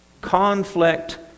Conflict